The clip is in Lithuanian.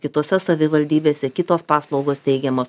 kitose savivaldybėse kitos paslaugos teikiamos